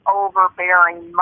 overbearing